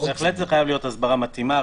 בהחלט חייבת להיות הסברה מתאימה.